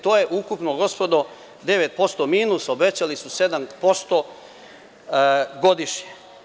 To je ukupno, gospodo, 9% minus, obećali su 7% godišnje.